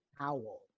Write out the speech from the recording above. owl